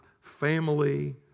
family